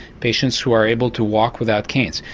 patients who are able to walk without canes,